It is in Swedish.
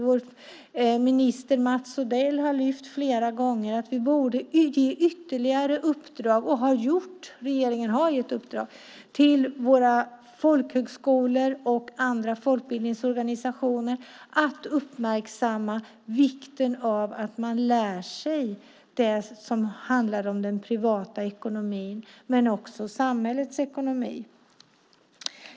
Vår minister Mats Odell har flera gånger lyft fram att vi borde ge ytterligare uppdrag, och regeringen har gett uppdrag, till våra folkhögskolor och andra folkbildningsorganisationer att uppmärksamma vikten av att man lär sig sådant som gäller den privata ekonomin och också samhällets ekonomi.